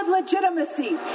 legitimacy